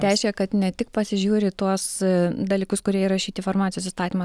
reiškia kad ne tik pasižiūri į tuos dalykus kurie įrašyti į farmacijos įstatymo